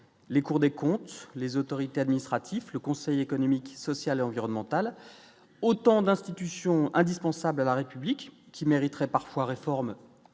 les cours des comptes, les autorités administratifs, le Conseil économique, social et environnemental autant d'institutions indispensable à la République, qui mériterait parfois réforme,